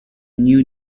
new